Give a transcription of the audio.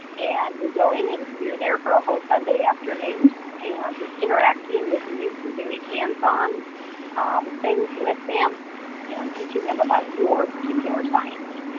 and we go in and you're there for a whole sunday afternoon and just interacting with the youth and doing hands-on things with them yeah and teaching them about your particular science.